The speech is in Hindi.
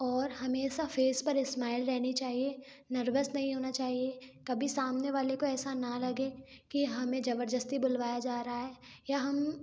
और हमेशा फेस पर स्माइल रहनी चाहिए नर्वस नहीं होना चाहिए कभी सामने वाले को ऐसा ना लगे कि हमें जबरदस्ती बुलवाया जा रहा है या हम